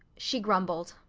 she grumbled.